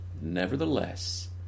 Nevertheless